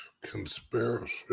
conspiracy